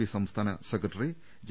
P സംസ്ഥാന secretary J